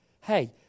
Hey